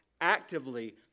actively